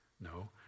No